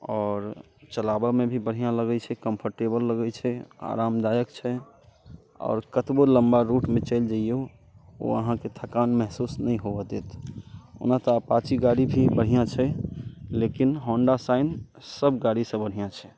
आओर चलाबयमे भी बढ़िआँ लगैत छै कम्फर्टेबल लगैत छै आरामदायक छै आओर कतबो लम्बा रूटमे चलि जैयौ ओ अहाँके थकान महसूस नहि होअ देत ओना तऽ अपाचे गाड़ी भी बढ़िआँ छै लेकिन होंडा शाइन सभ गाड़ीसँ बढ़िआँ छै